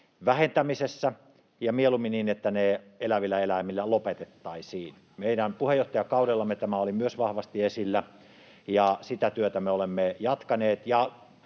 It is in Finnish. vähentämisessä, ja mieluummin niin, että ne elävillä eläimillä lopetettaisiin. Meidän puheenjohtajakaudellamme tämä oli myös vahvasti esillä, sitä työtä me olemme jatkaneet,